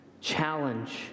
challenge